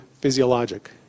physiologic